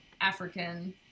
African